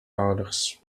ouders